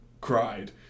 cried